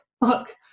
look